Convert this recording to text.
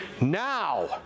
now